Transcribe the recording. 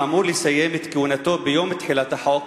שאמור לסיים את כהונתו ביום תחילת החוק,